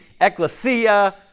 ecclesia